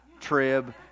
trib